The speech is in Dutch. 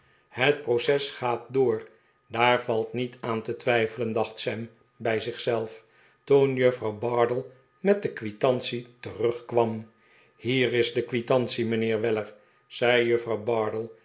het proces gaat door daar valt niet aan te twijfelen dacht sam bij zich zelf toen juffrouw bardell met de quitantie terugkwam hier is de quitantie mijnheer weller zei juffrouw bardell